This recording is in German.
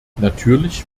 natürlich